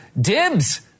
Dibs